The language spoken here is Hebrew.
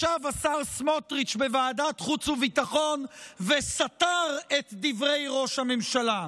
ישב השר סמוטריץ' בוועדת חוץ וביטחון וסתר את דברי ראש הממשלה.